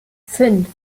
fünf